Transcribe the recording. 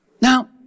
Now